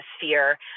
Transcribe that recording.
fear